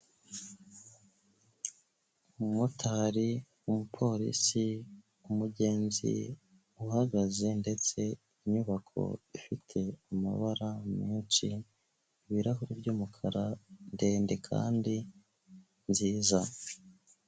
Umumotari, umupolisi, umugenzi uhagaze ndetse inyubako ifite amabara menshi, ibirahuri by'umukara ndende kandi nziza.